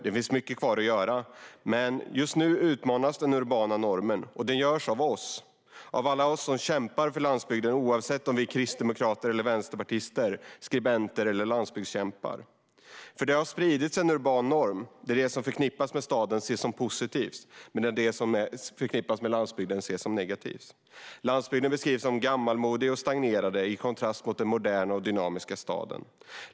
Det finns mycket kvar att göra. Men just nu utmanas den urbana normen. Och det görs av alla oss som kämpar för landsbygden, oavsett om vi är kristdemokrater eller vänsterpartister, skribenter eller landsbygdskämpar. Det har nämligen spridits en urban norm, där det som förknippas med staden ses som positivt medan det som förknippas med landsbygden ses som negativt. Landsbygden beskrivs som gammalmodig och stagnerad i kontrast till den moderna och dynamiska staden.